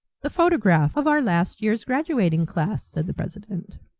the photograph of our last year's graduating class, said the president.